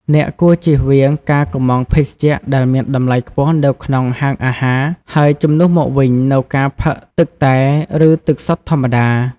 អ្នកគួរជៀសវាងការកុម្ម៉ង់ភេសជ្ជៈដែលមានតម្លៃខ្ពស់នៅក្នុងហាងអាហារ ហើយជំនួសមកវិញនូវការផឹកទឹកតែ ឬទឹកសុទ្ធធម្មតា។